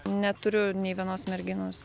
neturiu nei vienos merginos